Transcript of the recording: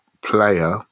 player